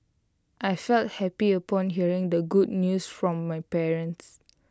I felt happy upon hearing the good news from my parents